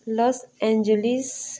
loss Angeles